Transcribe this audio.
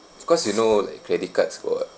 because you know like credit cards were